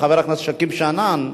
חבר הכנסת שכיב שנאן,